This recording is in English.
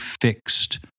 fixed